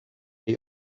they